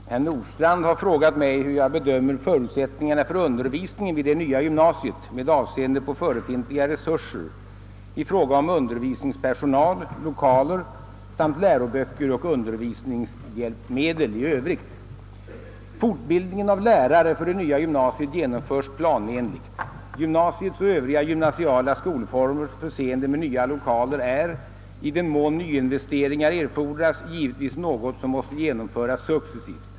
Herr talman! Herr Nordstrandh har frågat mig, hur jag bedömer förutsättningarna för undervisningen vid det nya gymnasiet med avseende på förefintliga resurser i fråga om undervisningspersonal, lokaler samt läroböcker och undervisningshjälpmedel i övrigt. Fortbildningen av lärare för det nya gymnasiet genomförs planenligt. Gymnasiets och övriga gymnasiala skolformers förseende med nya lokaler är, i den mån nyinvesteringar erfordras, givetvis något som måste genomföras successivt.